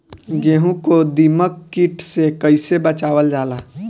गेहूँ को दिमक किट से कइसे बचावल जाला?